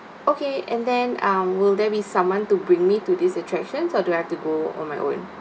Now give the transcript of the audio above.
okay and then um will there be someone to bring me to these attractions or do I have to go on my own